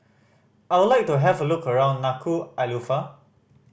I would like to have a look around Nuku'alofa